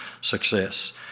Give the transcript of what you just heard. success